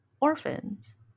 orphans